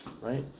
right